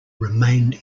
remained